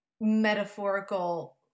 metaphorical